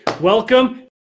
welcome